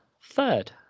third